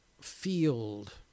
field